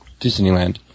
Disneyland